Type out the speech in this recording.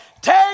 take